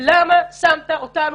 הראשונה היא למה שמת אותנו,